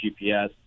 GPS